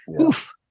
oof